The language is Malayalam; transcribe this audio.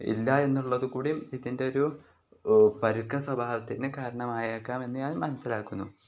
ഇല്ല എന്നുള്ളത് കൂടി ഇതിൻ്റെ ഒരു പരുക്ക സ്വഭാവത്തിന് കാരണമായെക്കാം എന്ന് ഞാൻ മനസ്സിലാക്കുന്നു